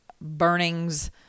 burnings